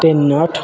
tennant